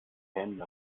händler